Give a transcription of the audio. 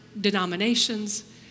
denominations